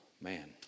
Man